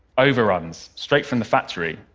overruns, straight from the factory.